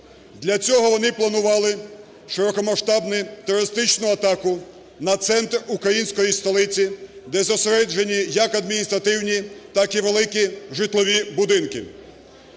Для цього вони планували широкомасштабну терористичну атаку на центр української столиці, де зосереджені як адміністративні, так і великі житлові будинки.